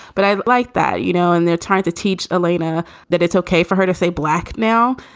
but i like that. you know, and they're trying to teach olina that it's ok for her to say black now,